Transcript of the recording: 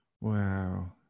Wow